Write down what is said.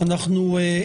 כי הרי אנחנו בדיוק